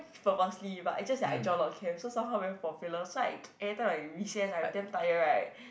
purposely but it's just like I joined a lot of camps so somehow very popular so I every time I recess I damn tired right